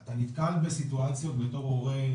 אתה נתקל בסיטואציות בתור הורה,